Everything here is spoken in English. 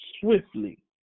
swiftly